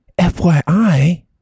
fyi